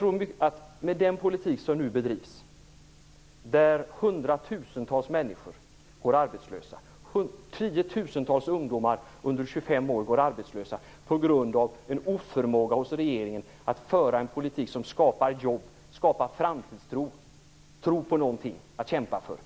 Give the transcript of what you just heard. Men med den politik som nu bedrivs går hundratusentals människor och tiotusentals ungdomar under 25 år arbetslösa, på grund av en oförmåga hos regeringen att föra en politik som skapar jobb, framtidstro, tro på något att kämpa för.